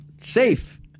Safe